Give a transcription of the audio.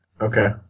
Okay